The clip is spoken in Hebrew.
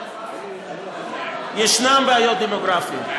יש בעיות דמוגרפיות,